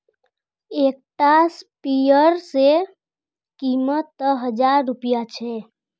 एक टा स्पीयर रे कीमत त हजार रुपया छे